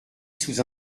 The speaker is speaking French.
sous